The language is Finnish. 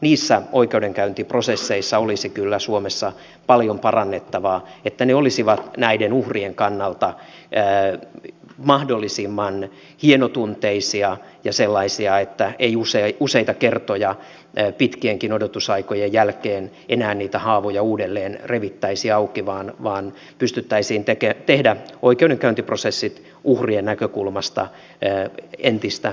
niissä oikeudenkäyntiprosesseissa olisi kyllä suomessa paljon parannettavaa että ne olisivat näiden uhrien kannalta mahdollisimman hienotunteisia ja sellaisia että ei useita kertoja pitkienkin odotusaikojen jälkeen enää niitä haavoja uudelleen revittäisi auki vaan pystyttäisiin tekemään oikeudenkäyntiprosessit uhrien näkökulmasta entistä inhimillisemmiksi